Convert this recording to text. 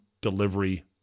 delivery